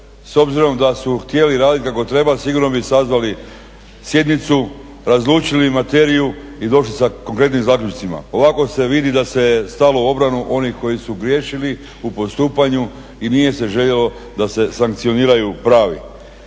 s obzirom da su htjeli raditi kako treba sigurno bi sazvali sjednicu, razlučili materiju i došli sa konkretnim zaključcima, ovako se vidi da se je stalo u obranu onih koji su griješili u postupanju i nije se željelo da se sankcioniranju pravi.